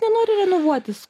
nenori renovuotis